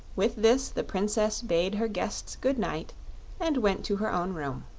with this the princess bade her guests good night and went to her own room.